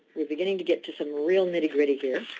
we're beginning to get to some real nitty gritty here.